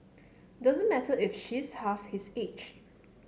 doesn't matter if she's half his age